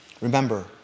Remember